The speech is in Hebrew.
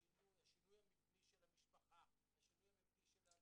השינוי המבני של המשפחה, השינוי המבני של האלימות.